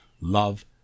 love